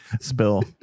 Spill